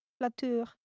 Latour